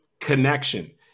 connection